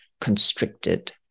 constricted